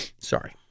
Sorry